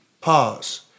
Pause